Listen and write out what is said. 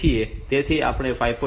તેથી આપણે 5